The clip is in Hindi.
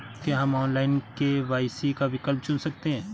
क्या हम ऑनलाइन के.वाई.सी का विकल्प चुन सकते हैं?